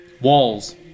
Walls